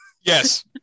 yes